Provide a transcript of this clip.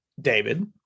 David